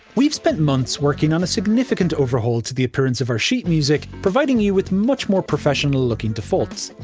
we've spent months working on a significant overhaul to the appearance of our sheet music, providing you with much more professional-looking defaults.